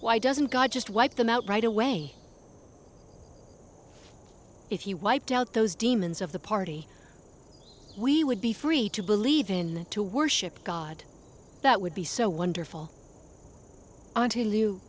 why doesn't god just wipe them out right away if he wiped out those demons of the party we would be free to believe in to worship god that would be so wonderful until you